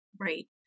Right